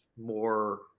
more